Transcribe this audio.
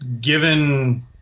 given